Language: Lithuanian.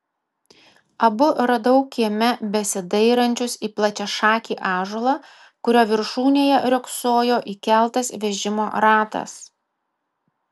abu radau kieme besidairančius į plačiašakį ąžuolą kurio viršūnėje riogsojo įkeltas vežimo ratas